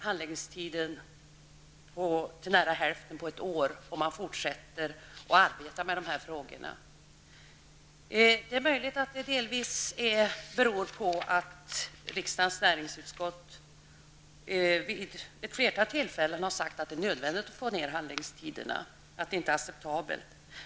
Handläggningstiderna har under ett år nästan halverats, och man fortsätter att arbeta med detta. Det är möjligt att det delvis beror på att riksdagens näringsutskott vid ett flertal tillfällen har sagt att det är nödvändigt att förkorta handläggningstiderna och att de inte är acceptabla.